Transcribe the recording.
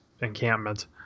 encampment